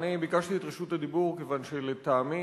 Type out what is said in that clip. אני ביקשתי את רשות הדיבור כיוון שלטעמי